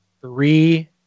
three